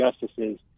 justices